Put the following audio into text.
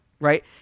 Right